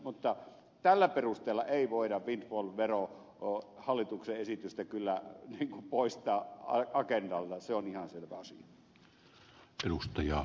mutta tällä perusteella ei voida hallituksen esitystä windfall verosta kyllä poistaa agendalta se on ihan selvä asia